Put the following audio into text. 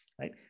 right